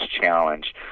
challenge